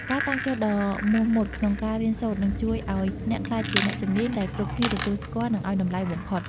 ការតាំងចិត្តដ៏មោះមុតក្នុងការរៀនសូត្រនឹងជួយឱ្យអ្នកក្លាយជាអ្នកជំនាញដែលគ្រប់គ្នាទទួលស្គាល់ និងឱ្យតម្លៃបំផុត។